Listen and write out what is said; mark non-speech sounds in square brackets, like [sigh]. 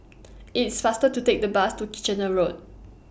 [noise] IT IS faster to Take The Bus to Kitchener Road